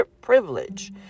privilege